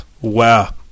Wow